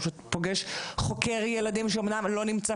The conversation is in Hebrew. הוא פוגש חוקר ילדים שאומנם לא נמצא